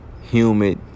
humid